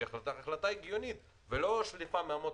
שהיא החלטה הגיונית ולא שליפה מהמותן,